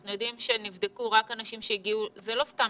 אנחנו יודעים שנבדקו רק אנשים שהגיעו זה לא סתם